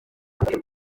igihugu